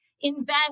invest